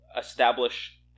establish